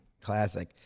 Classic